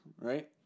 right